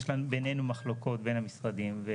יש בינינו מחלוקות, בין המשרדים.